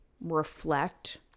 reflect